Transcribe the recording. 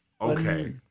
okay